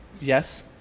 yes